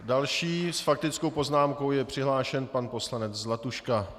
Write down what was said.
Další s faktickou poznámkou je přihlášen pan poslanec Zlatuška.